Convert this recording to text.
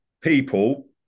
people